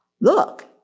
look